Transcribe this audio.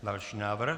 Další návrh?